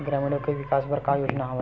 ग्रामीणों के विकास बर का योजना हवय?